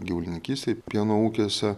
gyvulininkystei pieno ūkiuose